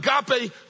Agape